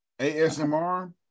ASMR